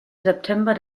september